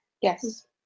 Yes